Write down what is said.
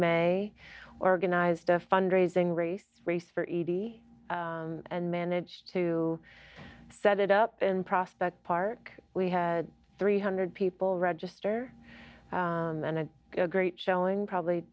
mae organized a fund raising race race for eighty and managed to set it up in prospect park we had three hundred people register and a great showing probably